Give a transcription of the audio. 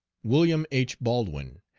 william h. baldwin,